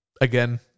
again